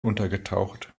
untergetaucht